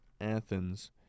Athens